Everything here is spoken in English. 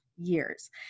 years